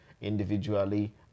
individually